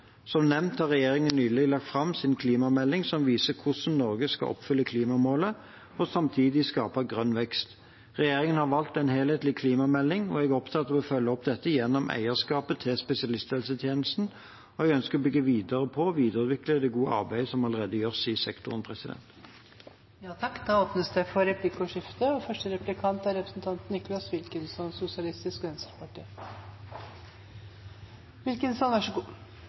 Som nevnt har regjeringen nylig lagt fram sin klimamelding som viser hvordan Norge skal oppfylle klimamålet og samtidig skape grønn vekst. Regjeringen har valgt en helhetlig klimamelding, og jeg er opptatt av å følge opp dette gjennom eierskapet til spesialisthelsetjenesten, og jeg ønsker å bygge videre på og videreutvikle det gode arbeidet som allerede gjøres i sektoren. Det blir replikkordskifte. : Statsråden sier vi har klimameldingen, at det er mange forslag, og